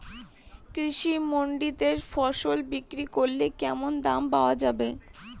কৃষি মান্ডিতে ফসল বিক্রি করলে কেমন দাম পাওয়া যাবে?